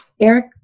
Eric